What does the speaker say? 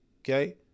Okay